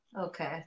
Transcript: Okay